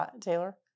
taylor